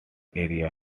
area